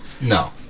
No